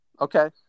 okay